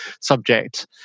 subject